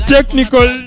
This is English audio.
Technical